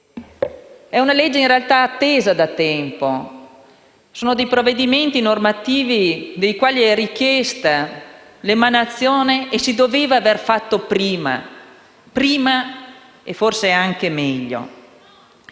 È una legge in realtà attesa da tempo. Sono provvedimenti normativi dei quali è richiesta l'emanazione e che si dovevano fare prima; prima e forse anche meglio.